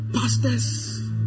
pastors